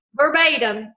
verbatim